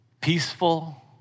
Peaceful